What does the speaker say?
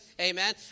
Amen